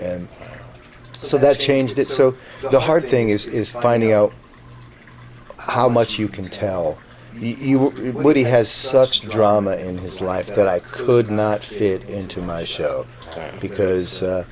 so that changed it so the hard thing is is finding out how much you can tell you would he has such drama in his life that i could not fit into myself because